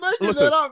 listen